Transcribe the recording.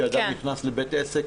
כשאדם נכנס לבית עסק,